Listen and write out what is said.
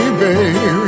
baby